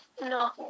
No